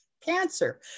Cancer